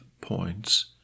points